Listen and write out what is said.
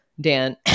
Dan